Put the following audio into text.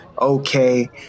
okay